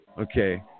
okay